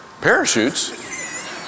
parachutes